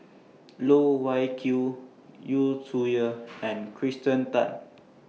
Loh Wai Kiew Yu Zhuye and Kirsten Tan